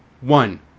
One